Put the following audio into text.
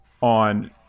on